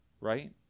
right